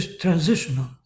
transitional